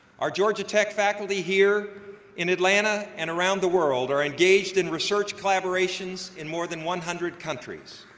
our georgia tech faculty here in atlanta and around the world are engaged in research collaborations in more than one hundred countries.